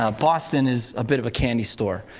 ah boston is a bit of a candy store.